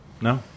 No